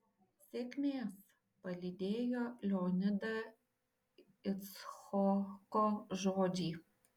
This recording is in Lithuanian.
sėkmės palydėjo leonidą icchoko žodžiai